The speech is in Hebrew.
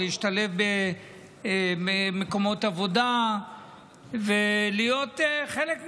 להשתלב במקומות עבודה ולהיות חלק מהעניין,